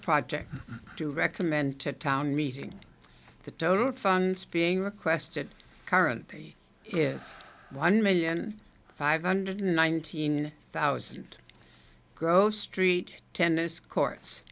project to recommend to a town meeting the total funds being requested current theory is one million five hundred nineteen thousand gross street tennis courts